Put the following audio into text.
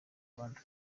gikondo